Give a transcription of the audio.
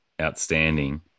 outstanding